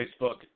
Facebook